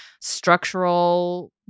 structural